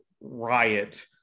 riot